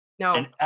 No